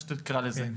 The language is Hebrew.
איך שתקרא לזה -- כן.